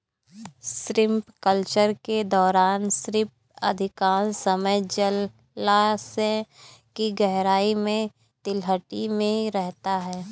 shrimp culture के दौरान shrimp अधिकांश समय जलायश की गहराई में तलहटी में रहता है